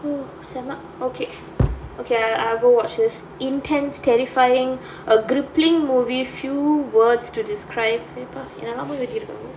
okay okay I'll I'll go watch this intense terrifying a gripping movie few words to describe paper என்னாலாமோ எழுதிருக்காங்க:ennalaamo eluthirukkaanga